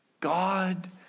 God